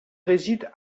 réside